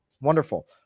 wonderful